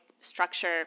Structure